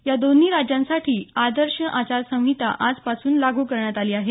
या दोन्ही राज्यासांठी आदर्श आचारसंहिता आजपासून लागू करण्यात आली आहे